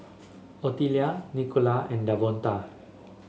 Ottilia Nicola and Davonta